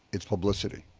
it's publicity,